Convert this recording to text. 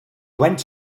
went